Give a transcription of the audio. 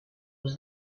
was